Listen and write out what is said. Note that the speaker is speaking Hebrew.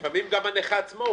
לפעמים גם הנכה עצמו חוסם.